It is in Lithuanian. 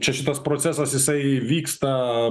čia šitas procesas jisai vyksta